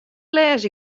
lês